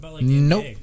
nope